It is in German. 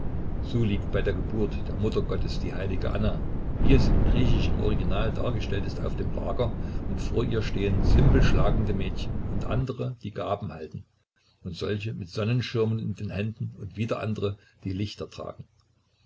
so liegt bei der geburt der muttergottes die heilige anna wie es im griechischen original dargestellt ist auf dem lager und vor ihr stehen zymbelschlagende mädchen und andere die gaben halten und solche mit sonnenschirmen in den händen und wieder andere die lichter tragen